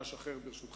למגרש אחר, ברשותכם.